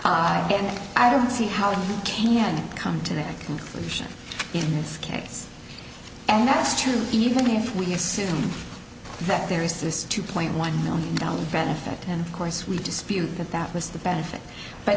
and i don't see how you can come to that conclusion in this case and that's true even if we assume that there is this two point one million dollars benefit and of course we dispute that that was the benefit but